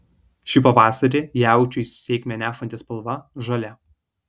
šį pavasarį jaučiui sėkmę nešantį spalva žalia